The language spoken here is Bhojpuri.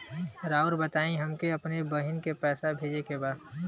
राउर बताई हमके अपने बहिन के पैसा भेजे के बा?